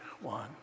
one